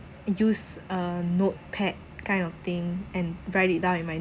use a notepad kind of thing and write it down in my